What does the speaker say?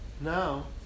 now